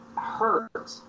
hurt